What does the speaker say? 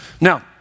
Now